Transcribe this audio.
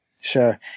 Sure